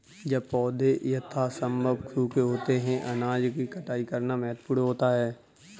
जब पौधे यथासंभव सूखे होते हैं अनाज की कटाई करना महत्वपूर्ण होता है